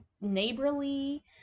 neighborly